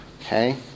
okay